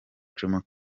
jomo